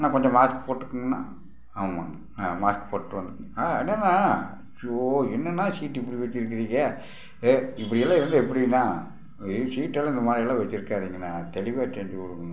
அண்ணா கொஞ்சம் மாஸ்க் போட்டுக்கோங்கணா ஆமாங்கணா மாஸ்க் போட்டுவாங்க என்னண்ணா அச்சோ என்னண்ணா சீட்டு இப்படி வச்சிருக்கிறிங்க இப்படியெல்லாம் இருந்தால் எப்படிங்கண்ணா சீட்டலாம் இந்த மாதிரிலா வச்சிருக்காதிங்கண்ணா தெளிவாக செஞ்சு கொடுங்கண்ணா